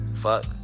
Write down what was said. Fuck